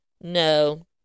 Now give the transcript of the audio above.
No